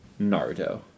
Naruto